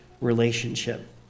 relationship